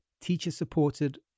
teacher-supported